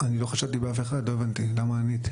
לא לא, אני לא חשדתי באף אחד, לא הבנתי למה ענית.